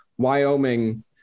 Wyoming